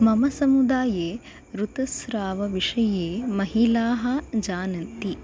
मम समुदाये ऋतुस्रावविषये महिलाः जानन्ति